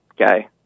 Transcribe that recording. Okay